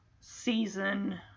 season